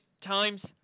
times